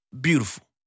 Beautiful